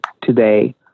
today